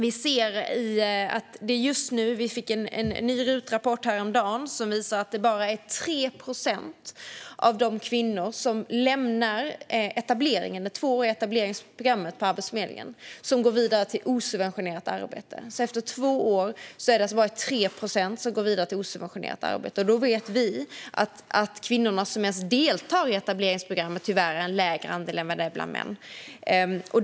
Vi fick en ny RUT-rapport häromdagen som visar att det bara är 3 procent av de kvinnor som lämnar det tvååriga etableringsprogrammet på Arbetsförmedlingen som går vidare till osubventionerat arbete. Efter två år är det alltså bara 3 procent som går vidare till osubventionerat arbete, och då vet vi att andelen kvinnor som ens deltar i etableringsprogrammet tyvärr är mindre än andelen män.